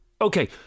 Okay